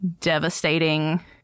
devastating